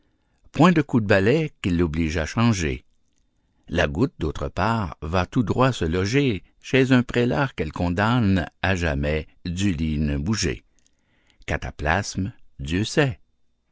point de coup de balai qui l'oblige à changer la goutte d'autre part va tout droit se loger chez un prélat qu'elle condamne à jamais du lit ne bouger cataplasmes dieu sait